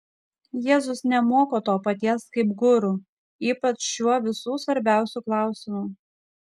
jėzus nemoko to paties kaip guru ypač šiuo visų svarbiausiu klausimu